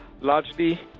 largely